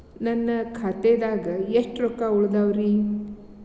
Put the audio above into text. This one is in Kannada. ನನ್ನ ಖಾತೆದಾಗ ಎಷ್ಟ ರೊಕ್ಕಾ ಉಳದಾವ್ರಿ?